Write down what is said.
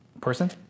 person